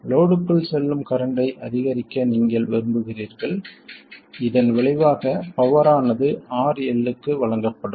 லோட்க்குள் செல்லும் கரண்ட்டை அதிகரிக்க நீங்கள் விரும்புகிறீர்கள் இதன் விளைவாக பவர் ஆனது RL க்கு வழங்கப்படும்